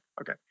Okay